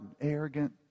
arrogant